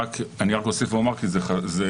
אני רק אוסיף ואומר כי זה חשוב,